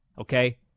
okay